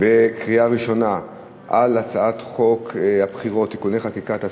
בקריאה ראשונה על הצעת חוק הבחירות (תיקוני חקיקה),